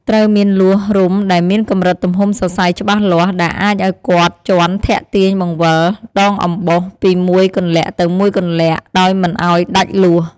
ត្រូវមានលួសរុំដែលមានកំរិតទំហំសសៃច្បាស់លាស់ដែរអាចអោយគាត់ជាន់ធាក់ទាញបង្វិលដងអំបោសពីមួយគន្លាក់ទៅមួយគន្លាក់ដោយមិនឲ្យដាច់លួស។